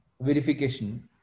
verification